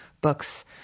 books